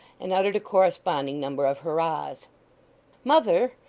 and uttered a corresponding number of hurrahs. mother!